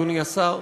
אדוני השר,